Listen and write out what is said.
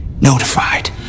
notified